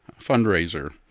Fundraiser